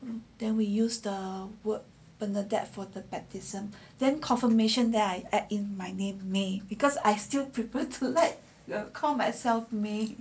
and then we use the word bernardette for the baptism then confirmation that I add in my name may because I still prefer to called myself may